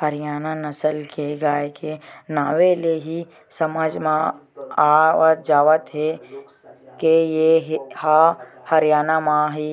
हरियाना नसल के गाय के नांवे ले ही समझ म आ जावत हे के ए ह हरयाना म ही